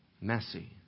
messy